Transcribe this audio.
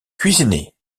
cuisiner